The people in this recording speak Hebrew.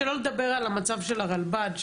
שלא לדבר על מצב הרלב"ד,